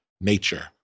nature